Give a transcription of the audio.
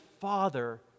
Father